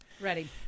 Ready